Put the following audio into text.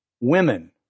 Women